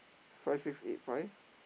five six eight five